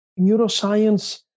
neuroscience